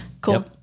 cool